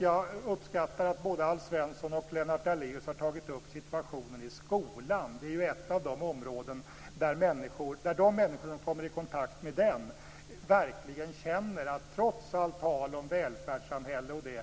Jag uppskattar att både Alf Svensson och Lennart Daléus har tagit upp situationen i skolan. Det är ju ett av de områden där de människor som kommer i kontakt med den verkligen känner att det trots allt tal om välfärdssamhälle